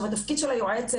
התפקיד של היועצת,